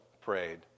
prayed